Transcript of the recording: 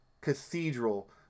cathedral